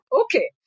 Okay